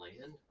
land